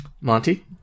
Monty